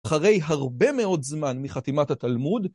אחרי הרבה מאוד זמן מחתימת התלמוד.